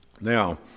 Now